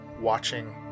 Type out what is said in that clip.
watching